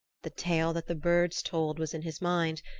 the tale that the birds told was in his mind,